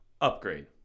upgrade